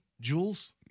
Jules